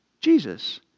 Jesus